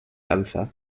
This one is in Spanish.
danza